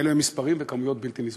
מספרים וכמויות בלתי נסבלים.